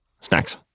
snacks